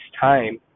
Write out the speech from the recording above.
time